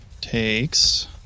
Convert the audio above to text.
takes